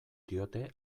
diote